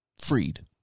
freed